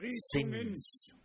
sins